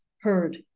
heard